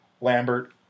Lambert